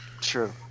True